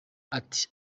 ati